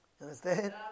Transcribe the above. understand